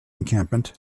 encampment